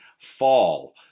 fall